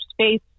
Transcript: space